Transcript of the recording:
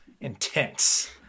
intense